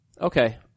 Okay